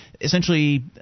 Essentially